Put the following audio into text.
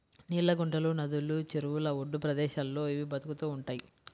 నీళ్ళ గుంటలు, నదులు, చెరువుల ఒడ్డు ప్రదేశాల్లో ఇవి బతుకుతూ ఉంటయ్